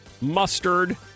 mustard